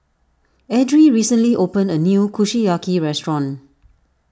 Edrie recently opened a new Kushiyaki restaurant